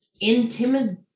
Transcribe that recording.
intimidate